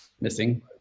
missing